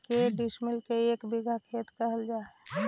के डिसमिल के एक बिघा खेत कहल जा है?